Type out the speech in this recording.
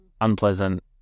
unpleasant